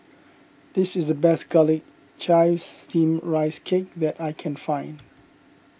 this is the best Garlic Chives Steamed Rice Cake that I can find